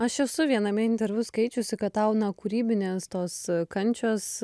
aš esu viename interviu skaičiusi kad tau na kūrybinės tos kančios